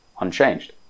Unchanged